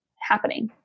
happening